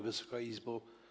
Wysoka Izbo!